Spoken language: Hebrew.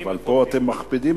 אבל פה אתם מכבידים,